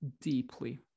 Deeply